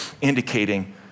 indicating